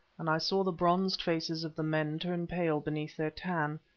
and i saw the bronzed faces of the men turn pale beneath their tan,